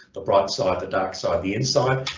the bright side, the dark side, the inside.